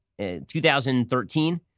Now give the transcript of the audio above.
2013